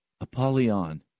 Apollyon